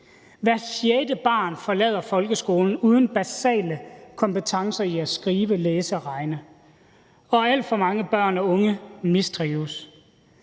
Hvert sjette barn forlader folkeskolen uden basale kompetencer i at skrive, læse og regne, og alt for mange børn og unge mistrives.